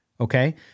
okay